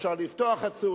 אפשר לפתוח ערוץ,